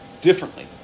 differently